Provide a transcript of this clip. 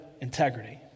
integrity